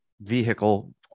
vehicle